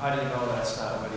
that